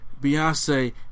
Beyonce